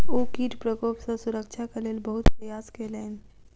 ओ कीट प्रकोप सॅ सुरक्षाक लेल बहुत प्रयास केलैन